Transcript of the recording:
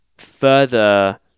further